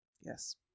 Yes